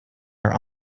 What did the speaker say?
are